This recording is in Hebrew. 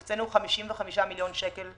הקצינו 55 מיליון שקל,